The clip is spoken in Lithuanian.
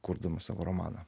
kurdamas savo romaną